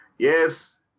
Yes